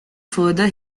further